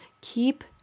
Keep